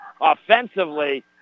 offensively